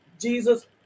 Jesus